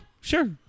sure